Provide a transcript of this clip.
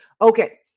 Okay